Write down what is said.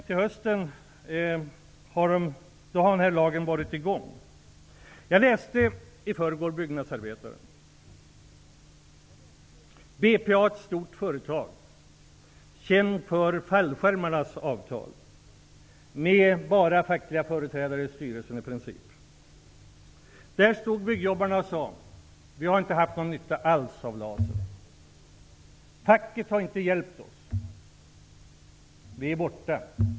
Till hösten har lagen varit i gång ett tag. Jag läste Byggnadsarbetaren i förrgår. BPA är ett stort företag som är känt för fallskärmsavtalen. Där sitter i princip bara fackliga företrädare i styrelsen. Det stod byggjobbare där som sade att de inte hade haft någon nytta alls av LAS. Facket har inte hjälpt dem. De är borta.